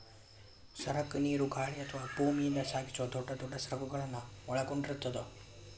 ಸರಕ ನೇರು ಗಾಳಿ ಅಥವಾ ಭೂಮಿಯಿಂದ ಸಾಗಿಸುವ ದೊಡ್ ದೊಡ್ ಸರಕುಗಳನ್ನ ಒಳಗೊಂಡಿರ್ತದ